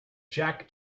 jack